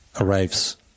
arrives